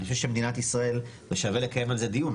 אני חושב ששווה לקיים על זה דיון.